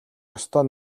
ёстой